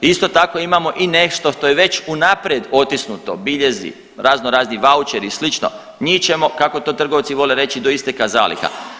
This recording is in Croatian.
Isto tako imamo i nešto što je već unaprijed otisnuto, biljezi, razno razni vaučeri i slično, njih ćemo kako to trgovci vole reći „do isteka zaliha“